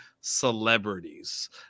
celebrities